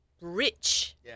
rich